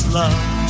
love